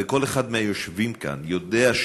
וכל אחד מהיושבים כאן יודע,